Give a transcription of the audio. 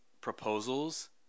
proposals